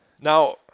Now